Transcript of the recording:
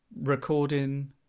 recording